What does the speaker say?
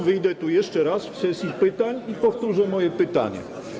Wyjdę tu jeszcze raz w sesji pytań i powtórzę moje pytanie.